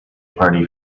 party